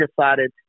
decided